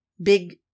big